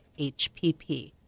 HPP